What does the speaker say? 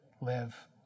live